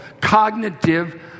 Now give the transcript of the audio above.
cognitive